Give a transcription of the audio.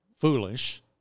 foolish